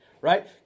right